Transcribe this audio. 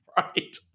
Right